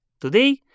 Today